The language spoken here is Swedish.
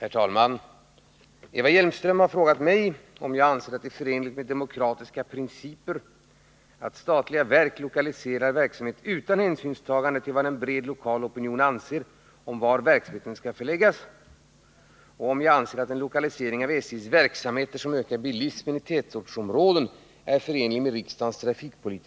Genom ett avtal med statens järnvägar förvärvade Stockholms kommun 1979 merparten av det s.k. Södra stations-området i Stockholm. Avtalet innebär att SJ:s styckegodsoch vagnslasthantering måste flyttas före den 1 juli 1983. Avtalet innehåller inga uppgifter om var denna verksamhet skall förläggas i framtiden.